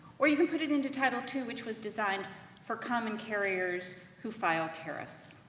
or you can put it into title two which was designed for common carriers, who file tariffs.